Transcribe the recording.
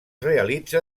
realitza